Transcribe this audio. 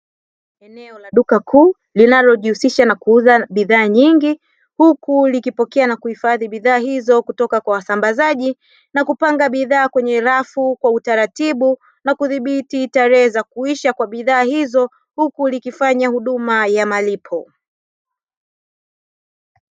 Eneo la duka kuu linalojihusisha na kuuza bidhaa nyingi huku likipokea na kuhifadhi bidhaa hizo kutoka kwa wasambazaji na kupanga bidhaa kwenye rafu kwa utaratibu na kudhibti tarehe za kuisha kwa bidhaa hizo huku likifanya huduma ya malipo.